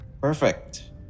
Perfect